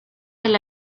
del